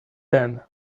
ten